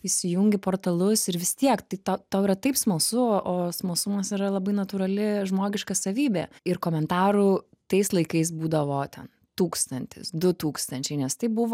įsijungi portalus ir vis tiek tai tau tau yra taip smalsu o o smalsumas yra labai natūrali žmogiška savybė ir komentarų tais laikais būdavo ten tūkstantis du tūkstančiai nes tai buvo